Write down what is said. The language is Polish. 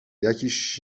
jakiś